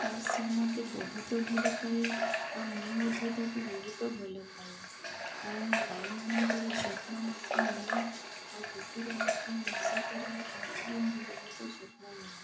ଆଉ ସେ ମତେ ବହୁତ ଭଲ ପାାଏ ଆଉ ମୁଁ ମଧ୍ୟ ତାକୁ ବହୁତ ଭଲ ପାଏ ଆଉ ମୋ ଗାଈମାନଙ୍କର ଯତ୍ନ ମଧ୍ୟ ନିଏ ଆଉ କୁକୁର ମଧ୍ୟ ମୋ ସହିତ ରହେ ତାହାକୁ ବି ମୁଁ ବହୁତ ଯତ୍ନ ନିଏ